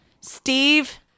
Steve